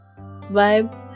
vibe